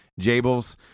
Jables